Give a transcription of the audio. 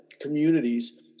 communities